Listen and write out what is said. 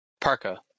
parka